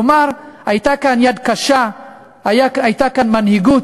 כלומר הייתה כאן יד קשה, הייתה כאן מנהיגות.